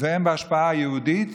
והן להשפעה היהודית,